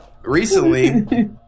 Recently